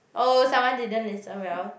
oh someone didn't listen well